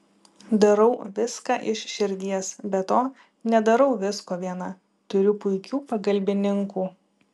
darau viską iš širdies be to nedarau visko viena turiu puikių pagalbininkų